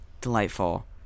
Delightful